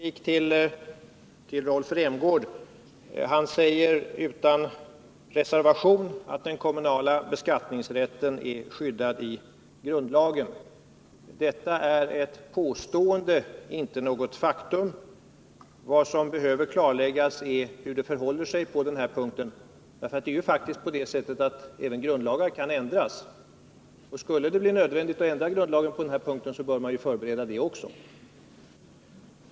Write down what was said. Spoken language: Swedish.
Fru talman! En kort replik till Rolf Rämgård. Han säger utan reservationer att den kommunala beskattningsrätten är skyddad i grundlag. Detta är ett påstående, inte något faktum. Vad som behöver klarläggas är hur det förhåller sig på den punkten. Och även grundlagar kan faktiskt ändras. Skulle det bli nödvändigt att ändra grundlagen på den här punkten bör man förbereda det.